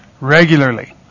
Regularly